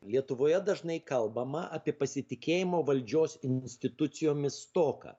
lietuvoje dažnai kalbama apie pasitikėjimo valdžios institucijomis stoką